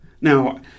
now